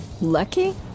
Lucky